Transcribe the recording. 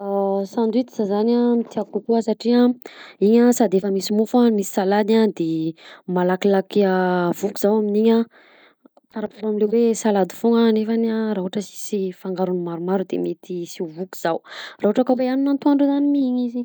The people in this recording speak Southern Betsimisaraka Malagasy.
Sandwich zany no tiàko kokoa satria iny a sady efa misy mofo a misy salady a de malakilaky voky zaho amin'iny a par raport aminy le salady foagna a nefany a raha ohatra sisy fangarony maromaro de mety sy ho voky zaho raha ohatra ka hoe hanina antoandro zany iny izy.